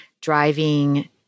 driving